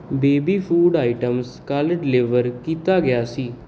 baby food items ਕੱਲ੍ਹ deliver ਕੀਤਾ ਗਿਆ ਸੀ